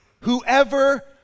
whoever